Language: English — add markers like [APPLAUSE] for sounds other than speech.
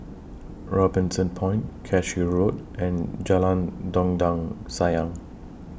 [NOISE] Robinson Point Cashew Road and Jalan Dondang Sayang